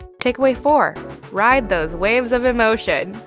takeaway four ride those waves of emotion.